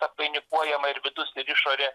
apvainikuojama ir vidus ir išorė